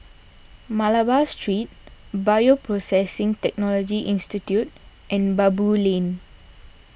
Malabar Street Bioprocessing Technology Institute and Baboo Lane